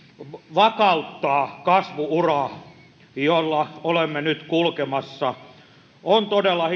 vakauttaa kasvu uraa jolla olemme nyt kulkemassa on todella